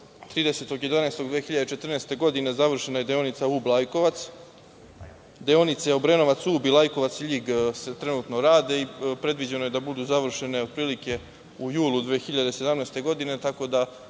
30.11.2014. godine završena je deonica Ub-Lajkovac. Deonice Obrenovac-Ub, Lajkovac-Ljig se trenutno rade, predviđeno je da budu završene otprilike u julu 2017. godine, tako da